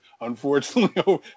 unfortunately